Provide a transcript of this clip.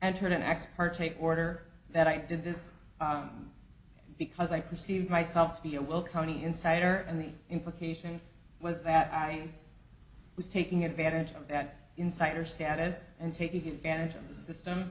entered an ex parte order that i did this because i perceive myself to be a well county insider and the implication was that i was taking advantage of that insider status and taking advantage of the system